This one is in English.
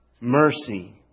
mercy